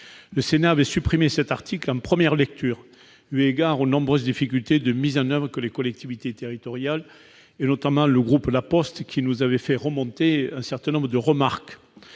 Le Sénat avait supprimé cet article en première lecture, eu égard aux nombreuses difficultés de mise en oeuvre pour les collectivités territoriales- le groupe La Poste nous avait notamment fait remonter un certain nombre de remarques.